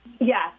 Yes